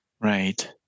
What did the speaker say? Right